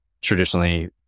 traditionally